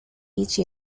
each